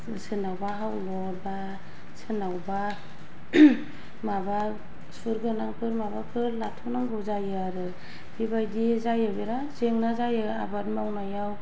सोरनावबा हावल'थ सोरनावबा माबा सुथ गोनांफोर माबाफोर लाथ'नांगौ जायो आरो बेबायदि जायो बेराद जेंना जायो आबाद मावनायाव